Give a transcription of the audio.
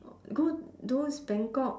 go those bangkok